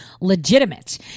legitimate